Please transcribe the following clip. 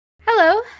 Hello